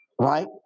right